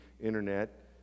internet